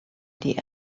die